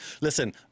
Listen